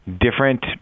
different